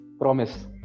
promise